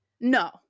No